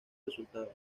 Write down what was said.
resultado